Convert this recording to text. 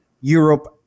europe